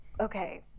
okay